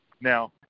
Now